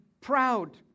proud